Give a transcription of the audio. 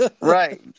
Right